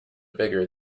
bigger